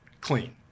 clean